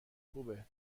خوبه